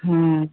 ହୁଁ